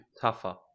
tougher